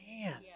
Man